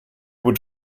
would